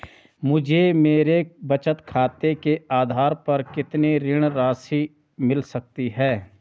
मुझे मेरे बचत खाते के आधार पर कितनी ऋण राशि मिल सकती है?